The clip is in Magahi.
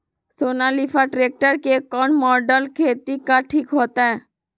सोनालिका ट्रेक्टर के कौन मॉडल खेती ला ठीक होतै?